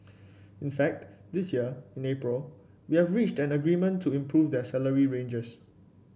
in fact this year in April we have reached an agreement to improve their salary ranges